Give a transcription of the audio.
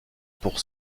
pour